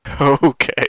Okay